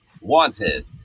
Wanted